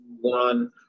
one